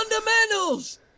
fundamentals